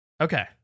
Okay